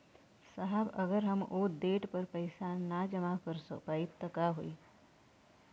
साहब अगर हम ओ देट पर पैसाना जमा कर पाइब त का होइ?